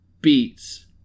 beats